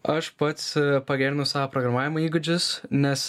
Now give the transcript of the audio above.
aš pats pagerinau savo programavimo įgūdžius nes